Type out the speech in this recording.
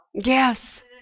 Yes